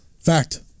Fact